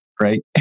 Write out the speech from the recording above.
Right